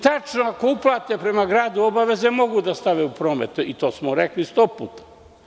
Tačno, ako uplate prema gradu obaveze, mogu da stave u promet i to smo rekli sto puta.